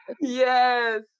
yes